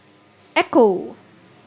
Ecco